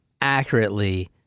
accurately